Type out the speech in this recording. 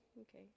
Okay